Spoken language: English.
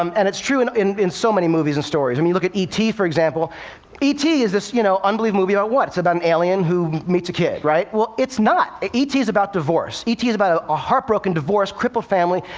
um and it's true and in in so many movies and stories. i mean look at e t, for example e t. is this you know unbelievable movie about what? it's about an alien who meets a kid, right? well, it's not. e t. is about divorce. e t. is about ah a heartbroken, divorce-crippled family,